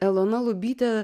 elona lubytė